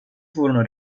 furono